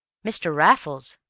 mr. raffles,